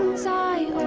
side.